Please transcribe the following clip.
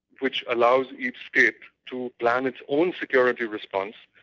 which allows each state to plan its own security response,